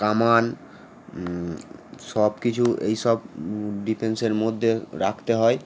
কামান সব কিছু এই সব ডিফেন্সের মধ্যে রাখতে হয়